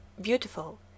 beautiful